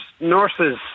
nurses